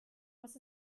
was